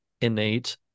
innate